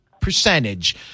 percentage